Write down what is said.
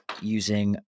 using